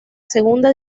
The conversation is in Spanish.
segunda